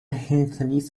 hinterließ